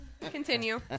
Continue